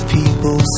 people